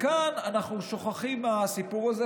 וכאן אנחנו שוכחים מהסיפור הזה,